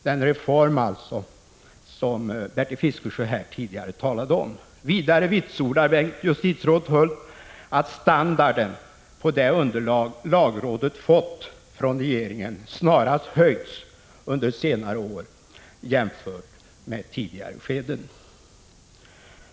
Det är alltså den reform som Bertil Fiskesjö tidigare talade om. Vidare vitsordar justitierådet Hult att standarden på det underlag — Granskningsarbetets lagrådet fått från regeringen snarast höjts under senare år jämfört med inriktning, m.m. tidigare skeden.